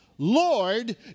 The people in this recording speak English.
Lord